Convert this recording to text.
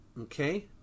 Okay